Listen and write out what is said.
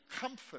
comfort